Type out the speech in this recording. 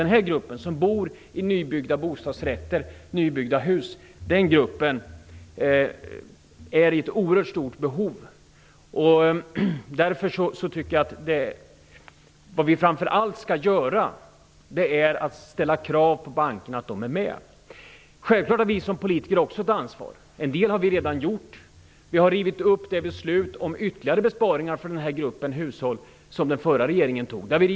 Den grupp som bor i nybyggda bostadrätter och hus har ett oerhört stort behov. Därför tycker jag att det vi framför allt skall göra är att ställa krav på bankerna att de är med. Självklart har vi som politiker också ett ansvar. En del har vi redan gjort. Vi har rivit upp det beslut om ytterligare besparingar för den här gruppen hushåll som den förra regeringen fattade.